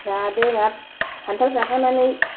जादों आरो खान्थाल जाखांनानै